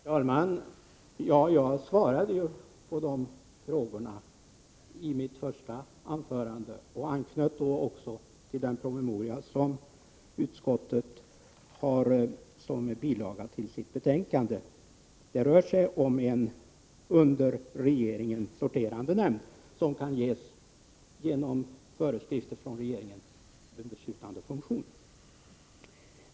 Herr talman! Jag svarade ju på Bertil Fiskesjös frågor i mitt första anförande och anknöt då också till den promemoria som utskottet har som bilaga till sitt betänkande. Det rör sig om en under regeringen sorterande nämnd, som genom föreskrifter från regeringen kan ges en beslutande funktion.